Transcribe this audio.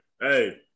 Hey